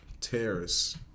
Terrace